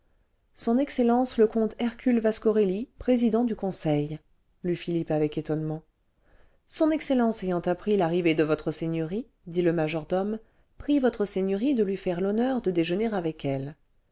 son excellence le comte hercule vascorelli président du conseil lut philippe avec étonnement son excellence ayant appris l'arrivée de votre seigneurie dit le majordome prie votre seigneurie de lui faire l'honneur de déjeuner avec elle